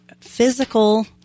physical